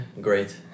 great